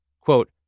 Quote